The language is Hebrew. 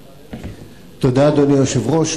תודה, אדוני היושב-ראש.